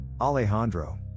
Alejandro